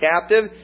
captive